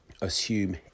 assume